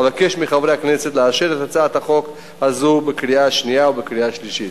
אבקש מחברי הכנסת לאשר את הצעת החוק הזאת בקריאה שנייה ובקריאה שלישית.